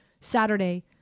saturday